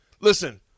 Listen